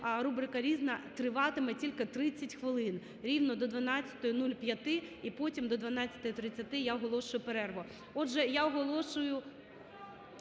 що рубрика "Різне" триватиме тільки 30 хвилин, рівно до 12.05 і потім до 12.30 я оголошую перерву. Отже, я оголошую.